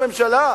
ראש הממשלה,